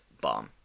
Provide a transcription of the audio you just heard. bomb